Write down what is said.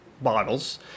bottles